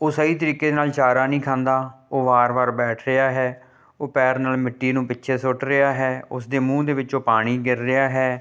ਉਹ ਸਹੀ ਤਰੀਕੇ ਨਾਲ ਚਾਰਾ ਨਹੀਂ ਖਾਂਦਾ ਉਹ ਵਾਰ ਵਾਰ ਬੈਠ ਰਿਹਾ ਹੈ ਉਹ ਪੈਰ ਨਾਲ ਮਿੱਟੀ ਨੂੰ ਪਿੱਛੇ ਸੁੱਟ ਰਿਹਾ ਹੈ ਉਸ ਦੇ ਮੂੰਹ ਦੇ ਵਿੱਚੋਂ ਪਾਣੀ ਗਿਰ ਰਿਹਾ ਹੈ